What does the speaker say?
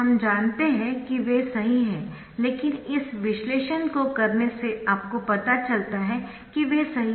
हम जानते है कि वे सही है लेकिन इस विश्लेषण को करने से आपको पता चलता है कि वे सही है